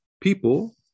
People